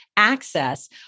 Access